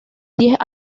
diez